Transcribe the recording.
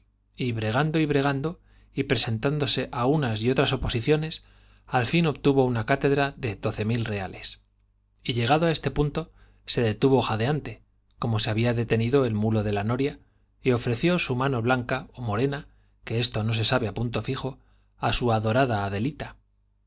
y bregando y bregando y otras presentándose á unas y oposiciones al fin obtuvo una cátedra de doce mil reales como se y llegado á este punto se detuvo jadeante la noria y ofreció su mano había detenido el mulo de se sabe á punto fijo á blanca ó morena que esto no su adorada adelita pero